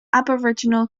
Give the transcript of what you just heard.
aboriginal